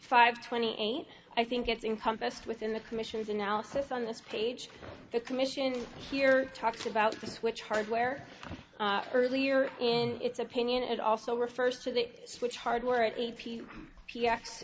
five twenty eight i think it's income fest within the commission's analysis on this page the commission here talks about the switch hardware earlier and its opinion it also refers to the switch hardware a